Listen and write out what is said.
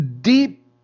deep